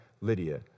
Lydia